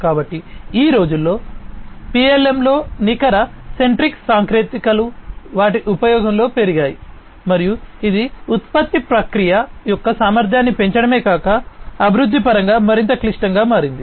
కాబట్టి ఈ రోజుల్లో పిఎల్ఎమ్లో నికర సెంట్రిక్ సాంకేతికతలు వాటి ఉపయోగంలో పెరిగాయి మరియు ఇది ఉత్పత్తి ప్రక్రియ యొక్క సామర్థ్యాన్ని పెంచడమే కాక అభివృద్ధి పరంగా మరింత క్లిష్టంగా మారింది